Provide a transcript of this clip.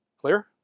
Clear